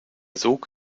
sog